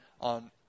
on